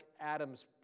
Adam's